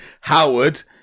Howard